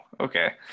Okay